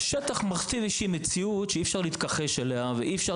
השטח מכתיב מציאות שאי אפשר להתכחש אליה ואי אפשר